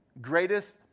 Greatest